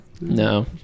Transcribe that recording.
No